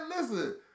Listen